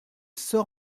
sort